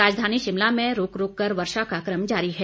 राजधानी शिमला में रूक रूक कर वर्षा का क्रम जारी है